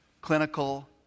clinical